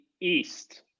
East